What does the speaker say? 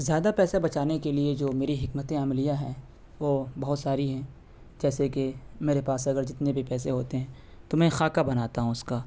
زیادہ پیسے بچانے کے لیے جو میری حکمت عملیہ ہے وہ بہت ساری ہیں جیسے کہ میرے پاس اگر جتنے بھی پیسے ہوتے ہیں تو میں خاکہ بناتا ہوں اس کا